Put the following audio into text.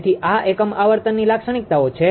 તેથી આ એકમ આવર્તનની લાક્ષણિકતાઓ છે